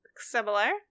Similar